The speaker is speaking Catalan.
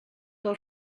del